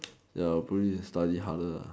ya I'll probably just study harder lah